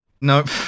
Nope